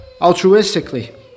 altruistically